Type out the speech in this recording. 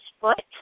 foot